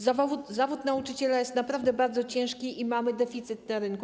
Zawód nauczyciela jest naprawdę bardzo ciężki i mamy deficyt na rynku.